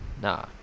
Nah